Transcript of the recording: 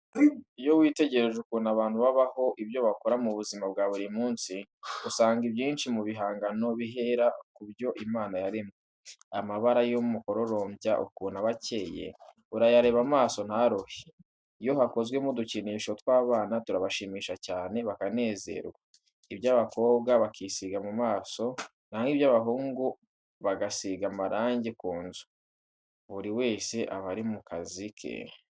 Iyo witegereje ukuntu abantu babaho, ibyo bakora mu buzima bwa buri munsi, usanga ibyinshi mu bihangano bihera ku byo Imana yaremye, amabara y'umukororombya, ukuntu aba akeye, urayareba amaso ntaruhe. Iyo hakozwemo udukinisho tw'abana turabashimisha cyane, bakanezerwa, ab'abakobwa bakisiga mu maso, naho ab'abahungu bagasiga amarangi ku nzu, buri wese aba ari mu kazi ke.